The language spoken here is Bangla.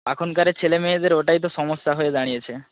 এখনকার ছেলে মেয়েদের ওটাই তো সমস্যা হয়ে দাঁড়িয়েছে